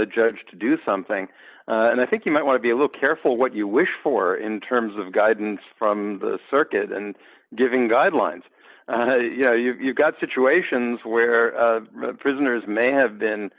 a judge to do something and i think you might want to be a little careful what you wish for in terms of guidance from the circuit and giving guidelines you know you've got situations where prisoners may have been